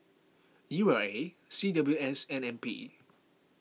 U R A C W S and N P